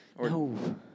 No